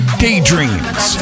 daydreams